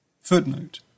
Footnote